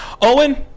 Owen